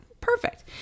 Perfect